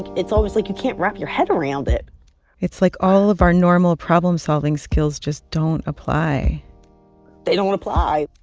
and it's always like you can't wrap your head around it it's like all of our normal problem-solving skills just don't apply they don't apply